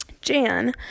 Jan